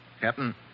Captain